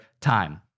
time